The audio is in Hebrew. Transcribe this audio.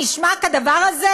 הנשמע כדבר הזה?